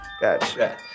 Gotcha